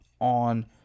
on